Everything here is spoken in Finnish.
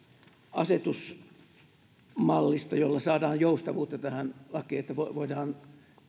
asetusmallista sillä saadaan joustavuutta tähän lakiin että voidaan